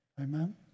Amen